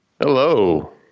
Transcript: Hello